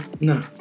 No